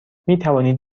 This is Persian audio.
میتوانید